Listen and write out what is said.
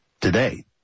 today